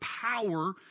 power